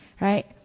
right